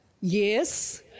yes